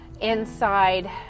inside